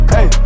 Hey